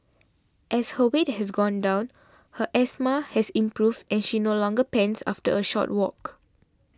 as her weight has gone down her asthma has improved and she no longer pants after a short walk